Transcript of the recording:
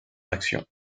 action